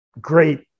great